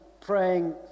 praying